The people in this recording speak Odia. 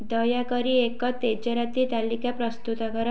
ଦୟାକରି ଏକ ତେଜରାତି ତାଲିକା ପ୍ରସ୍ତୁତ କର